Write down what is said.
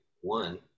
one